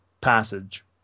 passage